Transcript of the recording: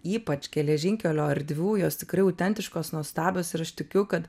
ypač geležinkelio erdvių jos tikrai autentiškos nuostabios ir aš tikiu kad